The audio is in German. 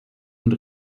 und